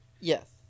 Yes